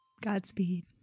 Godspeed